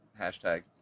Hashtag